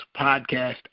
Podcast